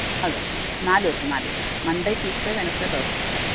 അതെ നാല് ദിവസം നാല് ദിവസം മണ്ഡേ ട്യൂസ്ഡേ വെനസ്ഡേ തേസ്ഡേ